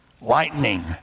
lightning